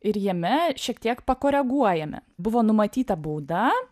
ir jame šiek tiek pakoreguojame buvo numatyta bauda